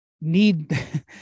need